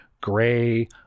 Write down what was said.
gray